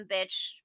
bitch